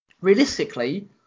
realistically